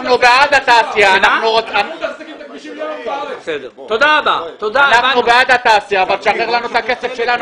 אנחנו בעד התעשייה אבל שחרר לנו את הכסף שלנו.